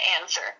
answer